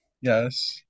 yes